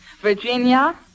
Virginia